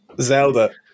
Zelda